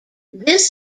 this